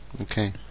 Okay